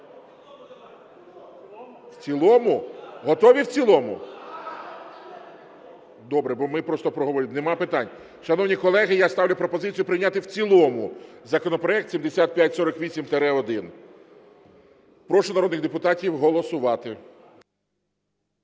В цілому? Готові в цілому? Добре, бо ми просто… нема питань. Шановні колеги, я ставлю пропозицію прийняти в цілому законопроект 7548-1. Прошу народних депутатів голосувати.